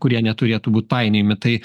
kurie neturėtų būt painiojami tai